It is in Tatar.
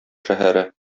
шәһәре